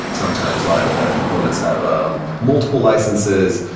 sometimes like ah components have um multiple licenses.